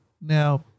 Now